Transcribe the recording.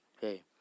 hey